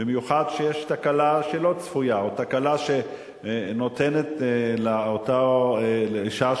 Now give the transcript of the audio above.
במיוחד כשיש תקלה שלא צפויה או תקלה שנותנת לאותה אשה,